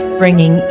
bringing